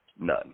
None